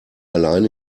allein